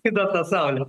kitą tą saulę